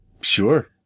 Sure